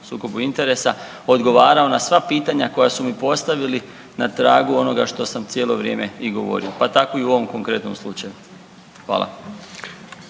sukobu interesa, odgovarao na sva pitanja koja su mi postavili na tragu onoga što sam cijelo vrijeme i govorio, pa tako i u ovom konkretnom slučaju. Hvala.